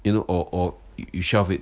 you know or or you you shelf it